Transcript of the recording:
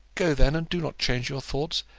go, then and do not change your thoughts.